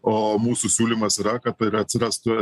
o mūsų siūlymas yra kad ir atsirastų